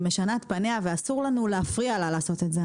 היא משנה את פניה ואסור לנו להפריע לה לעשות את זה.